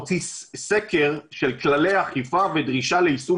בינואר 2019 הוציא סקר של כללי אכיפה ודרישה ליישום